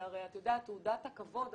זו תעודת כבוד,